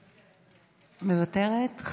חבר הכנסת אבי מעוז, בבקשה.